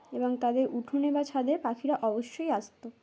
এবং তাদের উঠোনে বা ছাদের পাখিরা অবশ্যই আসত